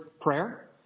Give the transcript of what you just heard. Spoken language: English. Prayer